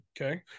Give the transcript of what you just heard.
Okay